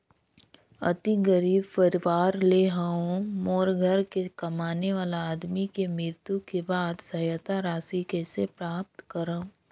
अति गरीब परवार ले हवं मोर घर के कमाने वाला आदमी के मृत्यु के बाद सहायता राशि कइसे प्राप्त करव?